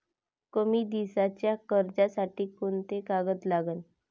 कमी दिसाच्या कर्जासाठी कोंते कागद लागन?